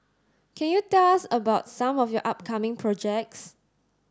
can you tell us about some of your upcoming projects